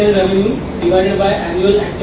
divided by annual